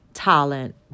talent